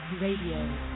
Radio